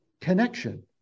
connection